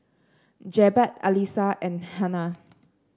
Jebat Alyssa and Hana